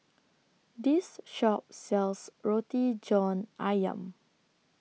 This Shop sells Roti John Ayam